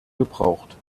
gebraucht